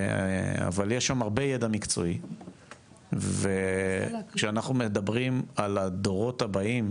אבל יש שם הרבה ידע מקצועי וכשאנחנו מדברים על הדורות הבאים,